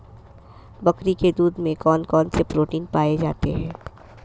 बकरी के दूध में कौन कौनसे प्रोटीन पाए जाते हैं?